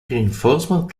reinforcement